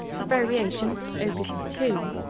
the variations, opus two.